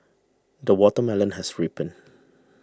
the watermelon has ripened